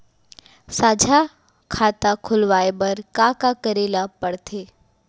साझा खाता खोलवाये बर का का करे ल पढ़थे?